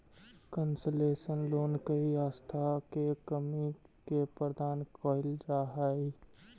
concessional loan कोई संस्था के कर्मी के प्रदान कैल जा हइ